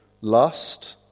lust